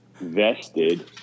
vested